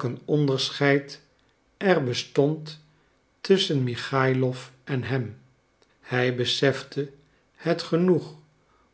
een onderscheid er bestond tusschen michaïlof en hem hij besefte het genoeg